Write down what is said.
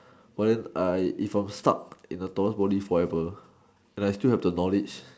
but then I if I'm stuck in the tallest body forever and I still have the knowledge but then I